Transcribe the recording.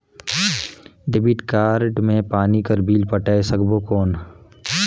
Debit card ले पानी कर बिल पटाय सकबो कौन?